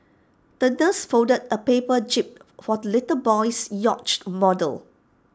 the nurse folded A paper jib for the little boy's yacht model